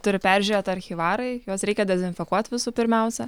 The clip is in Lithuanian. turi peržiūrėt archyvarai juos reikia dezinfekuot visų pirmiausia